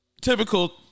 Typical